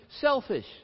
selfish